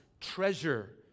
treasure